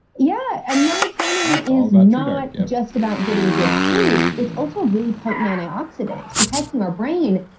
yeah. and melatonin is and not just about getting good sleep. it's also really potent antioxidants protecting our brain,